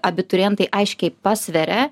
abiturientai aiškiai pasveria